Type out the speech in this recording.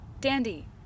Dandy